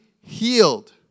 healed